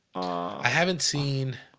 i haven't seen